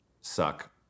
suck